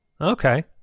Okay